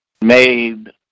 made